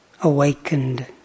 awakened